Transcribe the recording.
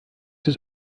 des